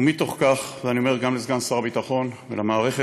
ומתוך כך, ואני אומר גם לסגן שר הביטחון ולמערכת,